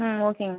ம் ஓகேங்க மேம்